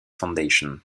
foundation